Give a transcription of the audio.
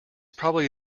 probably